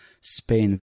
Spain